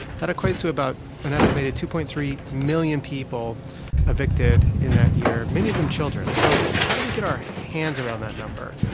that equates to about an estimated two point three million people evicted in that year, many of them children. so, how do we get our hands around that number?